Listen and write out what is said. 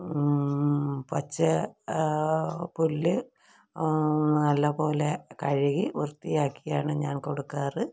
പച്ച പുല്ല് നല്ലപോലെ കഴുകി വൃത്തിയാക്കിയാണ് ഞാൻ കൊടുക്കാറ്